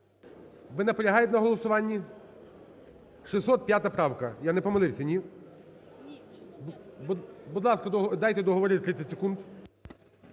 Ви наполягаєте на голосуванні? 605 правка, я не помилився, ні? Будь ласка, дайте договорити. 30 секунд.